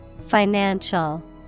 Financial